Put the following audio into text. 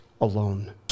alone